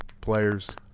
players